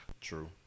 True